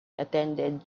attended